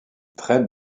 traite